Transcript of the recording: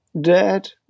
dad